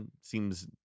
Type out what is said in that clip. seems